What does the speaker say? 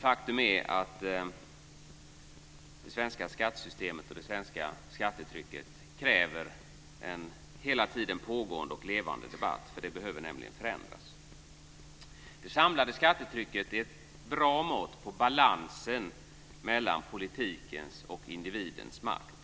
Faktum är att det svenska skattesystemet och det svenska skattetrycket kräver en hela tiden pågående och levande debatt. De behöver nämligen förändras. Det samlade skattetrycket är ett bra mått på balansen mellan politikens och individens makt.